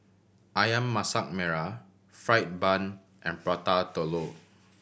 Ayam Masak Merah fried bun and Prata Telur